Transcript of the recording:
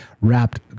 wrapped